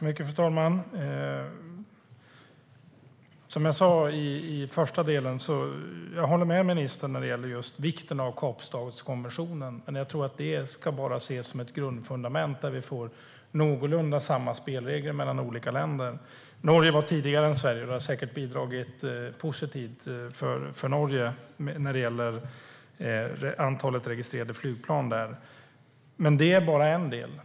Fru talman! Som jag sa håller jag med ministern om vikten av Kapstadskonventionen, men jag tror att den bara ska ses som ett grundfundament där vi får någorlunda samma spelregler mellan olika länder. Norge var tidigare än Sverige, och det har säkert bidragit positivt för Norge när det gäller antalet registrerade flygplan där. Men det är bara en del.